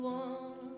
one